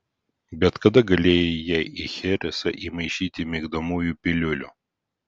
bet kada galėjai jai į cheresą įmaišyti migdomųjų piliulių